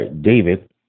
David